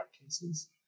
cases